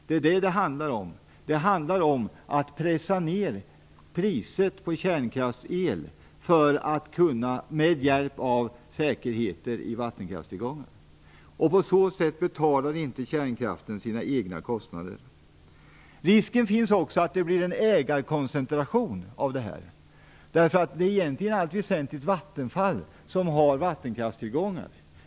Det är det som det handlar om - att pressa ned priset på kärnkraftsel med hjälp av säkerheter i vattenkraftstillgångar. På så sätt betalar inte kärnkraften sina egna kostnader. Det finns också en risk att det uppstår en ägarkoncentration. Det är i allt väsentligt Vattenfall som har vattenkraftstillgångar.